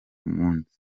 munsi